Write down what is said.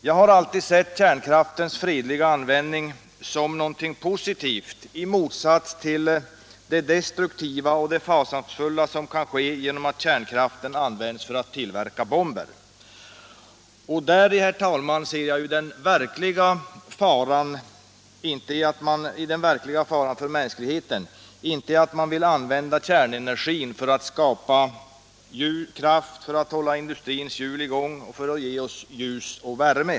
Jag har alltid sett kärnkraftens fredliga användning som något positivt i motsats till det destruktiva och fasansfulla i att kärnkraften används vid tillverkning av bomber. Däri, herr talman, ser jag den verkliga faran för mänskligheten, inte i att man vill använda kärnenergin för att skapa kraft för att hålla in dustrins hjul i gång och för att ge oss ljus och värme.